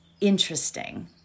interesting